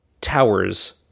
towers